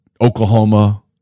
Oklahoma